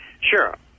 Sure